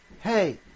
hey